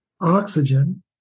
oxygen